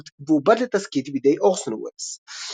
ועובד לתסכית בידי אורסון ולס.